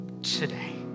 today